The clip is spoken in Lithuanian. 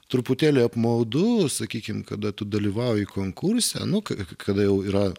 truputėlį apmaudu sakykim kada tu dalyvauji konkurse nu ka kada jau yra